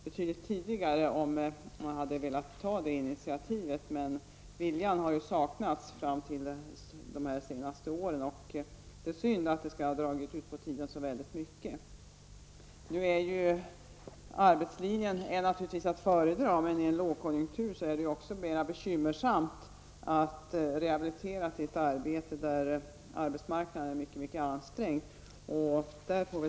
Det hade kunnat göras betydligt tidigare, om man hade velat ta detta initiativ, men viljan har ju saknats till för några år sedan. Det är synd att det har dragit ut på tiden så mycket. Arbetslinjen är naturligtvis att föredra, men i en lågkonjunktur är det mer bekymmersamt att rehabilitera till ett arbete när läget på arbetsmarknaden är mycket ansträngt.